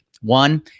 One